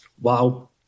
wow